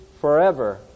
forever